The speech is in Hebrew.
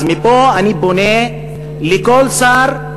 אז מפה אני פונה לכל שר,